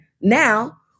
now